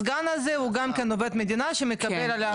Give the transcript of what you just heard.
הסגן הזה הוא גם עובד מדינה שמקבל ---?